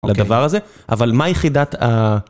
לדבר הזה, אבל מה יחידת ה...